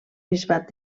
bisbat